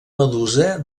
medusa